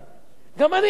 גם אני קראתי את זה,